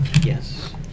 Yes